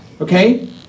okay